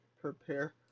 prepare